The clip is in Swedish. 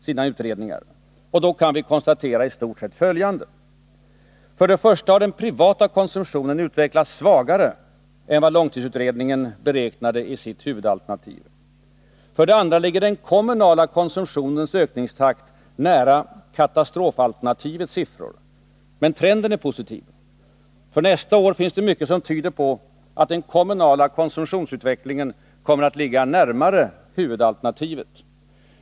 Vi kan då konstatera i stort sett följande: För det första har den privata konsumtionen utvecklats svagare än vad långtidsutredningen beräknade i sitt huvudalternativ. För det andra ligger den kommunala konsumtionens ökningstakt nära katastrofalternativets siffror. Men trenden är positiv. För nästa år tyder mycket på att den kommunala konsumtionsutvecklingen kommer att ligga närmare huvudalternativet.